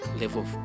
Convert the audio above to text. level